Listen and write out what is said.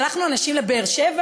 שלחנו אנשים לבאר-שבע?